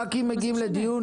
ח"כים מגיעים לדיון,